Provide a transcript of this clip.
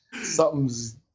something's